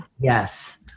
Yes